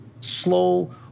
slow